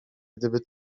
gdyby